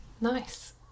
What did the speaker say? Nice